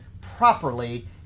properly